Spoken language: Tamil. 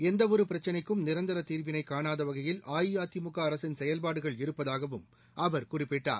எந்தவொருபிரச்சினைக்கும் நிரந்தரதீாவினைகாணாதவகையில் அஇஅதிமுகஅரசின் செயல்பாடுகள் இருப்பதாகவும் அவர் குறிப்பிட்டார்